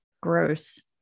Gross